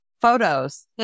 photos